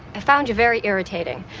found you very irritating,